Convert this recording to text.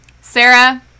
Sarah